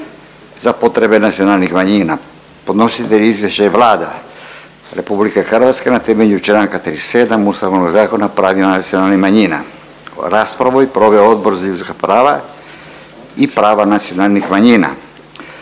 za potrebe nacionalnih manjina Podnositelj izvješća je Vlada RH na temelju Članka 37. Ustavnoga zakona o pravima nacionalnih manjina. Raspravu je proveo Odbor za ljudska prava i prava nacionalnih manjina.